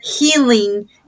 healing